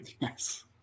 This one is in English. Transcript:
yes